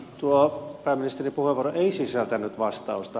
tuo pääministerin puheenvuoro ei sisältänyt vastausta